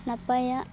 ᱱᱟᱯᱟᱭᱟᱜ